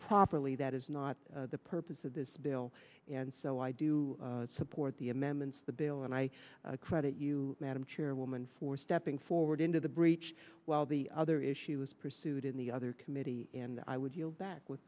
properly that is not the purpose of this bill and so i do support the amendments the bill and i credit you madam chairwoman for stepping forward into the breach while the other issue was pursued in the other committee and i would yield back with